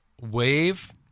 wave